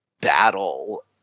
battle